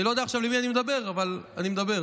אני לא יודע עכשיו למי אני מדבר, אבל אני מדבר